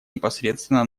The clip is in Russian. непосредственно